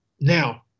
Now